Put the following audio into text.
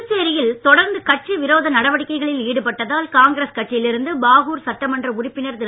புதுச்சேரியில் தொடர்ந்து கட்சி விரோத நடவடிக்கைகளில் ஈடுபட்டதால் காங்கிரஸ் கட்சியிலிருந்து பாகூர் சட்டமன்ற உறுப்பினர் திரு